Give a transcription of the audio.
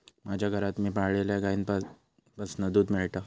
माज्या घरात मी पाळलल्या गाईंपासना दूध मेळता